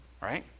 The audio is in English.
right